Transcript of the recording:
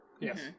Yes